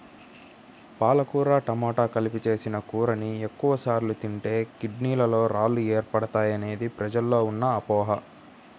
పాలకూర టమాట కలిపి చేసిన కూరని ఎక్కువ సార్లు తింటే కిడ్నీలలో రాళ్లు ఏర్పడతాయనేది ప్రజల్లో ఉన్న అపోహ